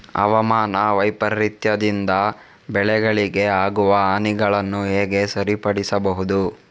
ಹವಾಮಾನ ವೈಪರೀತ್ಯದಿಂದ ಬೆಳೆಗಳಿಗೆ ಆಗುವ ಹಾನಿಗಳನ್ನು ಹೇಗೆ ಸರಿಪಡಿಸಬಹುದು?